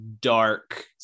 dark